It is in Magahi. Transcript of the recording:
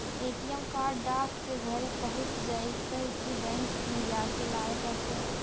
ए.टी.एम कार्ड डाक से घरे पहुँच जईतै कि बैंक में जाके लाबे पड़तै?